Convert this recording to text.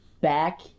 back